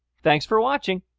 thanks for watching,